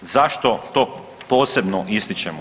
Zašto to posebno ističemo?